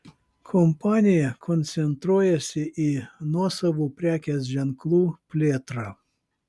kompanija koncentruojasi į nuosavų prekės ženklų plėtrą